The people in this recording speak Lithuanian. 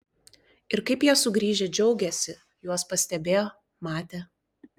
ir kaip jie sugrįžę džiaugėsi juos pastebėjo matė